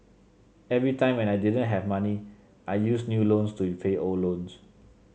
every time when I didn't have money I used new loans to repay old loans